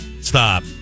Stop